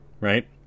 right